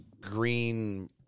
green